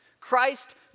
Christ